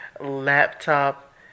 laptop